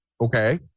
Okay